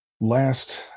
Last